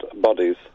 bodies